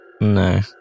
No